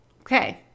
Okay